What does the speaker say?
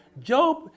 Job